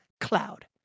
Cloud